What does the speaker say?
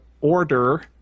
order